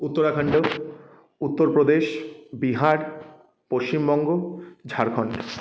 Uttarakhand Uttar Pradesh Bihar Paschimbanga Jharkhand